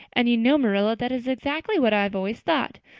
and you know, marilla, that is exactly what i've always thought.